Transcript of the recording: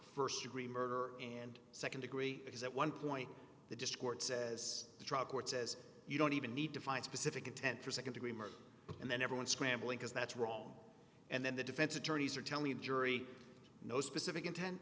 first degree murder and second degree because at one point the just court says drug court says you don't even need to find specific intent for second degree murder and then everyone scrambling because that's wrong and then the defense attorneys are tell me jury no specific intent